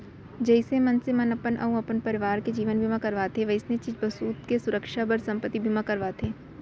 जइसे मनसे मन अपन अउ अपन परवार के जीवन बीमा करवाथें वइसने चीज बसूत के सुरक्छा बर संपत्ति बीमा करवाथें